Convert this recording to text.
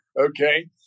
okay